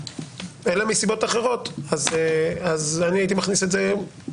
אלא מסיבות אחרות, אני הייתי מכניס את זה היום.